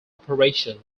operation